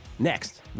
Next